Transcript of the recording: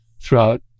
throughout